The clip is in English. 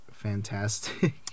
fantastic